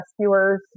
rescuers